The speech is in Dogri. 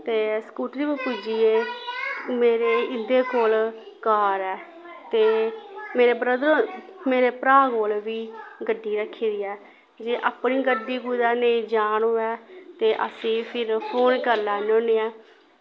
ते स्कूटरी पर पुज्जी गे मेरे इंदे कोल कार ऐ ते मेरे ब्रदर मेरे भ्राऽ कोल बी गड्डी रक्खी दी ऐ जे अपनी गड्डी कुदै नेईं जान होऐ ते असें गी फिर फोन करी लैन्ने होन्ने आं